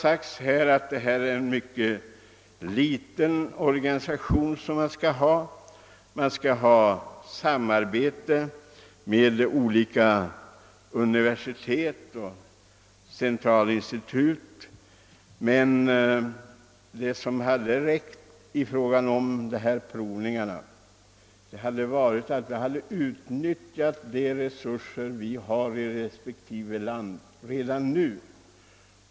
Statsrådet säger att det är fråga om en mycket liten organisation, som skall bedriva samarbete med Oslo universitet och med Sentralinstituttet for industriell forskning. Det riktiga hade emellertid varit att utnyttja de provningsresurser som redan finns i respektive länder.